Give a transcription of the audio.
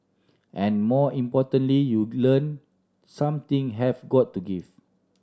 and more importantly you learn some thing have got to give